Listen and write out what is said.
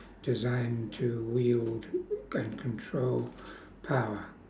designed to wield and control power